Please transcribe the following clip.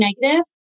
negative